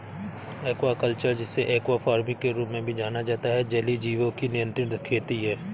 aquaculture, जिसे aqua farming के रूप में भी जाना जाता है, जलीय जीवों की नियंत्रित खेती है